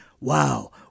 wow